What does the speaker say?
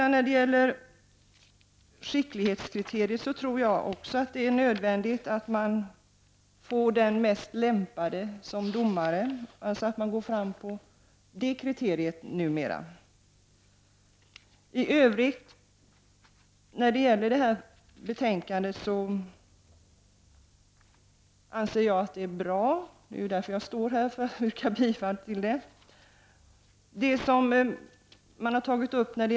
När det gäller skicklighetskriteriet tror jag också att det är nödvändigt att det är den som är mest lämpad som blir domare. I övrigt anser jag att detta betänkande är bra — det är därför jag yrkar bifall till hemställan i det.